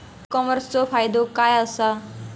E कॉमर्सचो फायदो काय असा?